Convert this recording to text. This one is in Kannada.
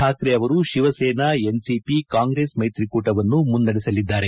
ಠಾಕ್ರೆ ಅವರು ಶಿವಸೇನಾ ಎನ್ಸಿಪಿ ಕಾಂಗ್ರೆಸ್ ಮೈತ್ರಿಕೂಟವನ್ನು ಮುನ್ನಡೆಸಲಿದ್ದಾರೆ